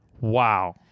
Wow